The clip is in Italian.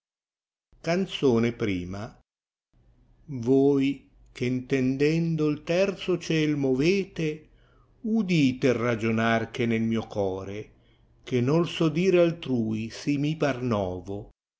canzone i v oi che intendendo il teixo ciel moirete udite il ragionar che è nel mio core che noi so dire altrui tà mi par novo